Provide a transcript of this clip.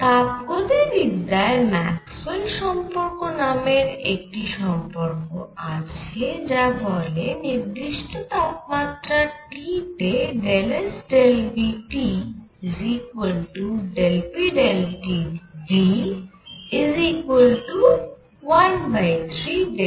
তাপগতিবিদ্যায় Maxwell সম্পর্ক নামের একটি সম্পর্ক আছে যা বলে যে নির্দিষ্ট তাপমাত্রা T তেSVT PTV 13uTV